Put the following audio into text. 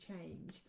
change